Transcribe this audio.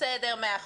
מאה אחוז.